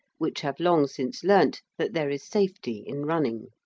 which have long since learnt that there is safety in running.